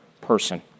person